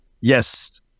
Yes